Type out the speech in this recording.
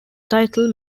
title